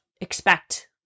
expect